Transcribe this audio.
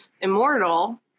immortal